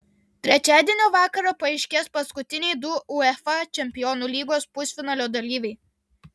trečiadienio vakarą paaiškės paskutiniai du uefa čempionų lygos pusfinalio dalyviai